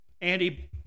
Andy